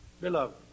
Beloved